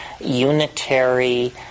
unitary